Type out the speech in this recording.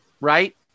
right